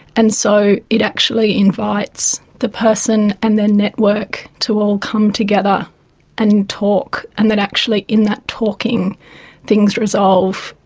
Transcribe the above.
and so it actually invites the person and their network to all come together and talk, and that actually in that talking things resolve.